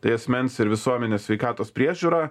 tai asmens ir visuomenės sveikatos priežiūra